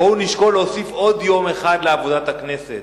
בואו נשקול להוסיף עוד יום אחד לעבודת הכנסת.